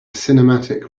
cinematic